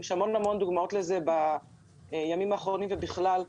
יש המון דוגמאות לזה בימים האחרונים ובכלל.